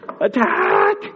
Attack